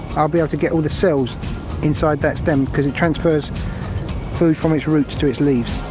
i'll be able to get all the cells inside that stem. because it transfers food from its roots to its leaves.